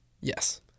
Yes